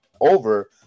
over